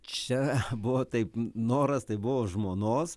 čia buvo taip noras tai buvo žmonos